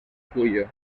cuyo